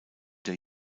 der